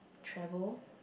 travel